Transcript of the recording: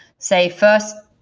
say, first,